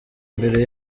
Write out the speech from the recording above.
mbere